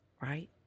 right